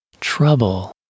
trouble